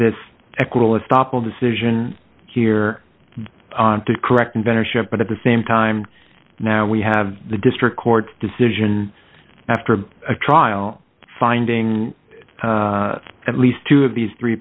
this equitable estoppel decision here on to correct inventor ship but at the same time now we have the district court decision after a trial finding at least two of these three